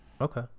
okay